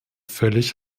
völlig